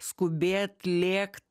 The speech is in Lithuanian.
skubėt lėkt